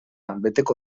beteko